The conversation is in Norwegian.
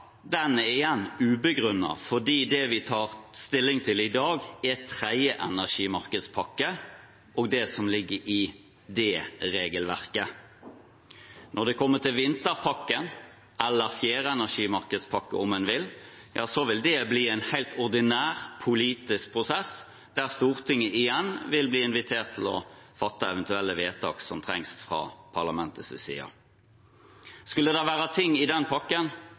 den frykt som enkelte har framført knyttet til videreutvikling av EUs energimarked, igjen er ubegrunnet fordi det vi tar stilling til i dag, er tredje energimarkedspakke og det som ligger i det regelverket. Når det kommer til vinterpakken, eller fjerde energimarkedspakke om en vil, vil det bli en helt ordinær politisk prosess der Stortinget igjen vil bli invitert til å fatte eventuelle vedtak som trengs fra parlamentets side. Skulle det være ting i den pakken